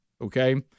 okay